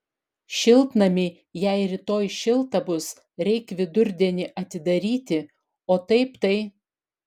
šiltnamį jei rytoj šilta bus reik vidurdienį atidaryti o taip tai